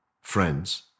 friends